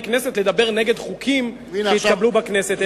הכנסת לדבר נגד חוקים שהתקבלו בכנסת,